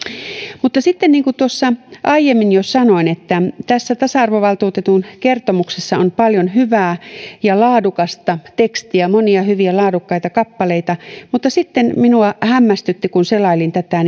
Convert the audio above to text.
mutta sitten niin kuin tuossa aiemmin jo sanoin tässä tasa arvovaltuutetun kertomuksessa on paljon hyvää ja laadukasta tekstiä ja monia hyviä ja laadukkaita kappaleita mutta sitten minua hämmästytti kun selailin tätä